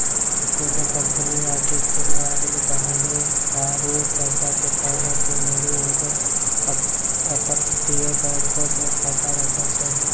कोनो कंपनी आकि कोनो आदमी कानूनी आरु पैसा के फायदा के लेली एगो अपतटीय बैंको मे खाता राखै छै